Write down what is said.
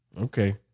Okay